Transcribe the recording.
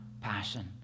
passion